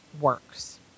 works